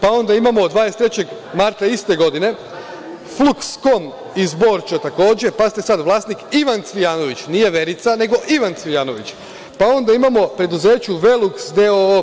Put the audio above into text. Pa, onda imamo 23. marta iste godine „Futskon“ iz Borče takođe, pazite sad, vlasnik Ivan Cvijanović, nije Verica, nego Ivan Cvijanović, pa onda imamo preduzeće „Veluks“ d.o.o.